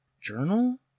Journal